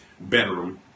bedroom